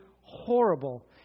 horrible